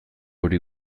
hori